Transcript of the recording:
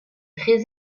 très